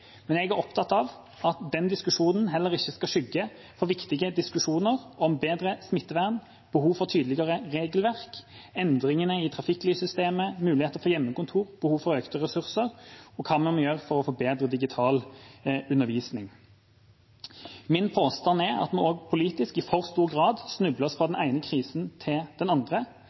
Jeg er opptatt av at den diskusjonen heller ikke skal skygge for viktige diskusjoner om bedre smittevern, behov for tydeligere regelverk, endringer i trafikklyssystemet, muligheter for hjemmekontor, behov for økte ressurser og hva vi må gjøre for å få bedre digital undervisning. Min påstand er at vi også politisk i for stor grad snubler fra den ene krisen til den andre.